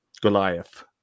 goliath